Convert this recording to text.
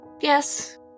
Yes